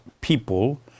people